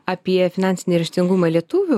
apie finansinį raštingumą lietuvių